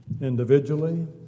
individually